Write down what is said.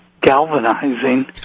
galvanizing